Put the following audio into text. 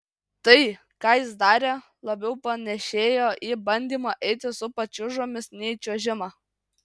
tai ką jis darė labiau panėšėjo į bandymą eiti su pačiūžomis nei čiuožimą